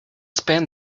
spend